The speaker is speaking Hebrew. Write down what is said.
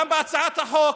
גם בהצעת החוק,